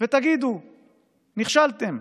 ותגידו שנכשלתם.